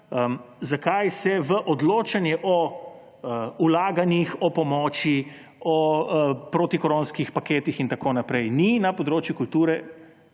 zakaj se v odločanje o vlaganjih, o pomoči, o protikoronskih paketih in tako naprej ni na področju kulture